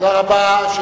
תודה רבה.